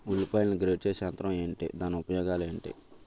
ఉల్లిపాయలను గ్రేడ్ చేసే యంత్రం ఏంటి? దాని ఉపయోగాలు ఏంటి?